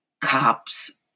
cops